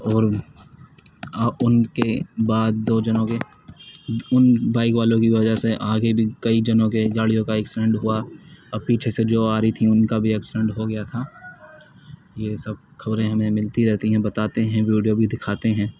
اور اور ان کے بعد دو جنوں کے ان بائک والوں کی وجہ سے آگے بھی کئی جنوں کے گاڑیوں کا ایکسیڈنٹ ہوا اور پیچھے سے جو آ رہی تھی ان کا بھی ایکسیڈینٹ ہو گیا تھا یہ سب کھبریں ہمیں ملتی رہتی ہیں بتاتے ہیں ویڈیو بھی دکھاتے ہیں